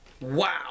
Wow